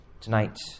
tonight